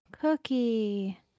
Cookie